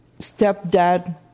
stepdad